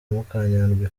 mukanyandwi